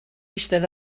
eistedd